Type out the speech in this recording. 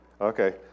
Okay